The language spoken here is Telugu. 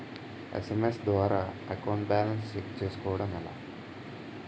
ఎస్.ఎం.ఎస్ ద్వారా అకౌంట్ బాలన్స్ చెక్ చేసుకోవటం ఎలా?